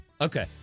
okay